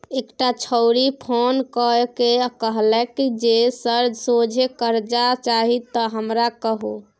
एकटा छौड़ी फोन क कए कहलकै जे सर सोझे करजा चाही त हमरा कहु